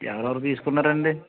ఎవరెవరు తీసుకున్నారండి